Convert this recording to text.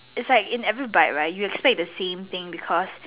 it's like in every bite right you expect the same thing because